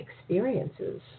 experiences